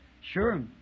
Sure